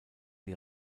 die